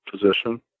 position